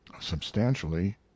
substantially